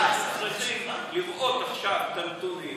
בגלל זה אנחנו צריכים לראות עכשיו את הנתונים,